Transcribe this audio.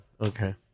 Okay